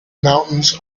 mountains